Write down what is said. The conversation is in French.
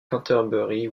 canterbury